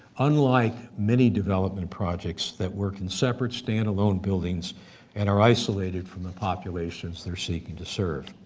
unlike many development projects that work in separate standalone buildings and are isolated from the populations they're seeking to serve.